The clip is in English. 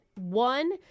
One